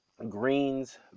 Greens